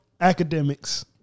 academics